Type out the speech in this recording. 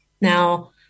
Now